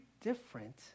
different